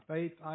Faith